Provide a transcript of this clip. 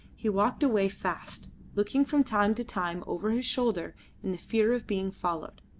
he walked away fast, looking from time to time over his shoulder in the fear of being followed,